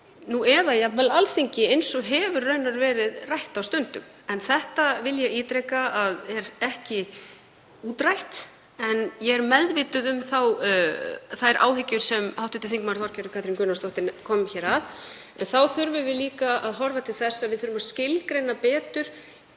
nú eða jafnvel Alþingi, eins og hefur raunar verið rætt á stundum. Þetta vil ég ítreka að er ekki útrætt en ég er meðvituð um þær áhyggjur sem hv. þm. Þorgerður Katrín Gunnarsdóttir kom hér að. Þá þurfum við líka að horfa til þess að skilgreina betur